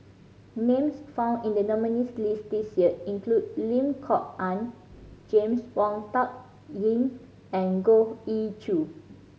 names found in the nominees' list this year include Lim Kok Ann James Wong Tuck Yim and Goh Ee Choo